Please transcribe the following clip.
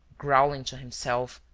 growling to himself,